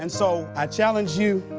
and so i challenge you.